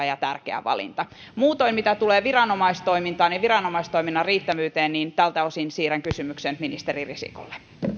ja tärkeä valinta muutoin mitä tulee viranomaistoimintaan ja viranomaistoiminnan riittävyyteen tältä osin siirrän kysymyksen ministeri risikolle